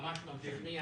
ממש לא משכנע,